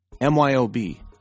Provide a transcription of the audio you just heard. MYOB